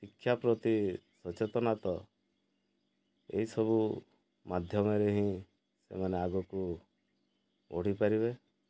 ଶିକ୍ଷା ପ୍ରତି ସଚେତନତା ଏହିସବୁ ମାଧ୍ୟମରେ ହିଁ ସେମାନେ ଆଗକୁ ବଢ଼ିପାରିବେ